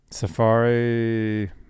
Safari